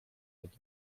wodą